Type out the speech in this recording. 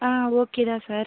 ஆ okay தான் sir